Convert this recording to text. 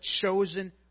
chosen